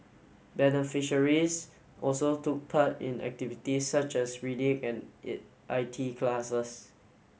beneficiaries also took part in activities such as reading and it I T classes